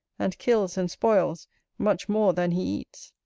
and kills and spoils much more than he eats.